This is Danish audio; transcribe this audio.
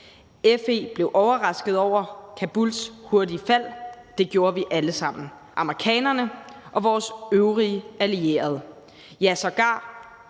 FE blev overrasket over Kabuls hurtige fald. Det gjorde vi alle sammen; det gjorde amerikanerne og vores øvrige allierede – ja, sågar